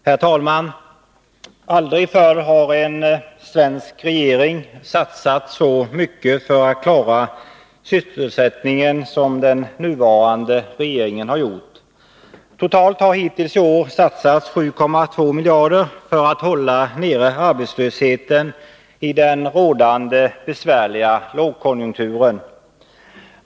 Herr talman! Aldrig förr har en svensk regering satsat så mycket för att klara sysselsättningen som den nuvarande regeringen har gjort. Totalt har hittills i år satsats 7,2 miljarder för att hålla nere arbetslösheten i den rådande besvärliga lågkonjunkturen.